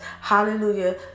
Hallelujah